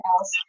else